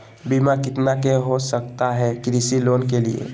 बीमा कितना के हो सकता है कृषि लोन के लिए?